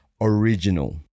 original